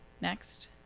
next